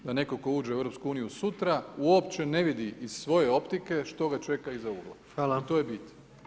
Da netko tko uđe u EU sutra uopće ne vidi iz svoje optike što ga čeka iza ugla [[Upadica: Hvala.]] I to je bit.